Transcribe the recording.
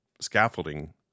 scaffolding